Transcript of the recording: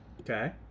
okay